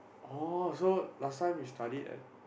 oh so last time you studied at